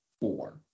Four